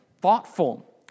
thoughtful